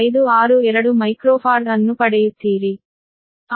00562 microfarad ಅನ್ನು ಪಡೆಯುತ್ತೀರಿ